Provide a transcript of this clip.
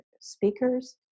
speakers